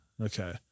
Okay